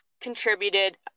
contributed